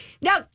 No